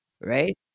Right